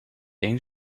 een